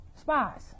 spies